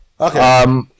Okay